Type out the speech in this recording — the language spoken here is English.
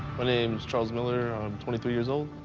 my name's charles miller, i'm twenty three years old,